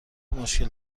مشکل